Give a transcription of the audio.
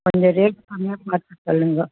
கொஞ்சம் ரேட் கம்மியாக பார்த்து சொல்லுங்க